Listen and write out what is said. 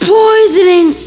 poisoning